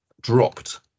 dropped